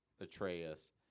Atreus